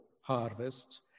harvests